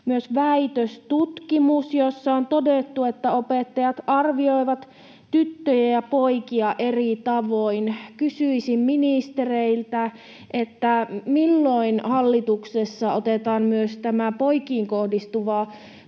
myös väitöstutkimus, jossa on todettu, että opettajat arvioivat tyttöjä ja poikia eri tavoin. Kysyisin ministereiltä: milloin hallituksessa otetaan myös tämä poikiin kohdistuva